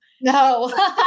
No